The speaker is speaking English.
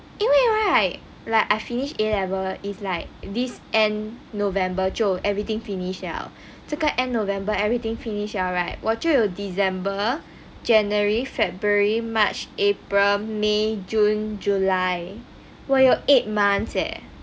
因为 right like I finish A level is like this end november 就 everything finish liao 这个 end november everything finish liao right 我就有 december january february march april may june july 我有 eight months eh